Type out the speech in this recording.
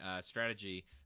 strategy